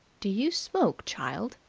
do you smoke, child?